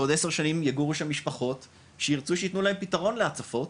בעוד 10 שנים יגורו שם משפחות שירצו שיתנו להם פתרון להצפות